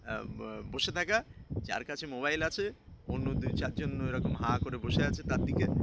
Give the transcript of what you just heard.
বা বসে থাকা যার কাছে মোবাইল আছে অন্য দুই চার জন্য এরকম হাঁ করে বসে আছে তার দিকে